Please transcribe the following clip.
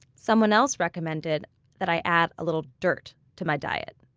someone else recommended that i add a little dirt to my diet.